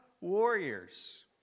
warriors